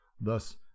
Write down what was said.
Thus